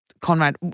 Conrad